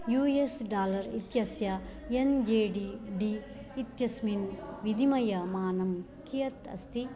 U S dollar इत्यस्य N Z D D इत्यस्मिन् विनिमयमानं कियत् अस्ति